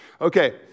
Okay